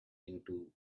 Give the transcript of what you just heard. into